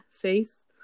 face